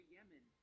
Yemen